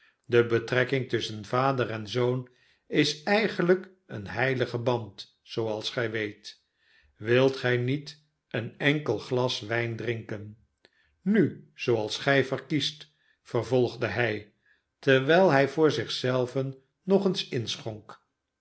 de betrekking tusschen vader en zoon is eigenlijk een heilige band zooals gij weet wilt gij niet een enkel glas wijn drinken nu zooals gij verkiest vervolgde hij terwijl hij voor zich zelven nog eens inschonk